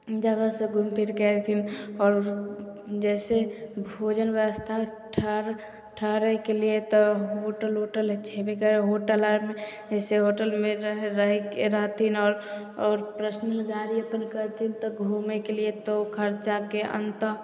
जगह सब घूमफिरके अयथिन आओर जइसे भोजन ब्यवस्था ठार ठहरयके लिए तऽ होटल उटल छेबे करै होटल आरमे जाइसे होटलमे रहयके रहथिन आओर प्रतिदिन गाड़ी अपन करथिन तऽ घूमयके लिए तऽ ओ खर्चाके अन्त